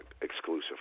exclusive